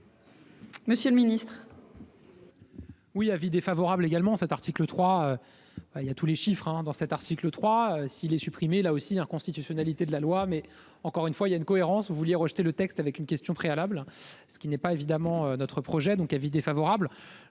Monsieur le Ministre. Oui : avis défavorable également cet article 3 il y a tous les chiffres hein dans cet article 3 si les supprimer, là aussi, constitutionnalité de la loi, mais encore une fois, il y a une cohérence, vous vouliez rejeté le texte avec une question préalable, ce qui n'est pas évidemment notre projet, donc avis défavorable.